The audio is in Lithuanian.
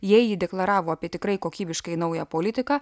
jei ji deklaravo apie tikrai kokybiškai naują politiką